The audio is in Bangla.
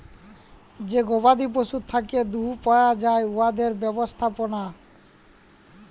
যে গবাদি পশুর থ্যাকে দুহুদ পাউয়া যায় উয়াদের ব্যবস্থাপলা